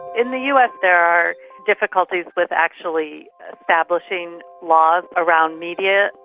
in the us there are difficulties with actually establishing laws around media,